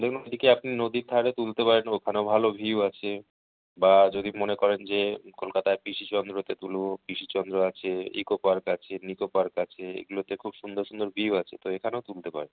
দেখুন এদিকে আপনি নদীর ধারে তুলতে পারেন ওখানেও ভালো ভিউ আসে বা যদি মনে করেন যে কলকাতায় পিসি চন্দ্রতে তুলবো পিসি চন্দ্র আছে ইকো পার্ক আছে নিক্কো পার্ক আছে এগুলোতে খুব সুন্দর সুন্দর ভিউ আছে তো এখানেও তুলতে পারেন